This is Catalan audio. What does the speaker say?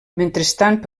mentrestant